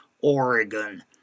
Oregon